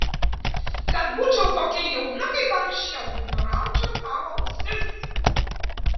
kad būčiau tokia jauna kaip anksčiau nuraučiau tau ausis